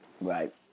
Right